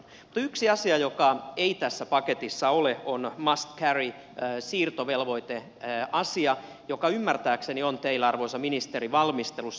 mutta yksi asia joka ei tässä paketissa ole on must carry siirtovelvoiteasia joka ymmärtääkseni on teillä arvoisa ministeri valmistelussa